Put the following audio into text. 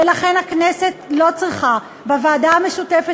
ולכן הכנסת לא צריכה בוועדה המשותפת